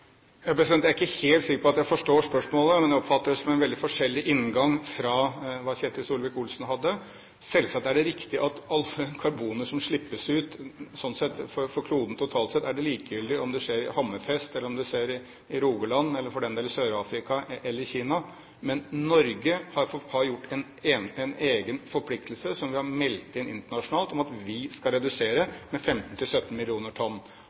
Jeg er ikke helt sikker på at jeg forstår spørsmålet. Men jeg oppfatter det som en veldig forskjellig inngang fra det Ketil Solvik-Olsen hadde. Selvsagt er det riktig at for kloden totalt sett er det likegyldig om alle karboner som slippes ut, blir sluppet ut i Hammerfest eller i Rogaland, eller for den del i Sør-Afrika eller Kina. Men Norge har en egen forpliktelse som vi har meldt inn internasjonalt, om at vi skal redusere med 15–17 millioner tonn.